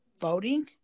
voting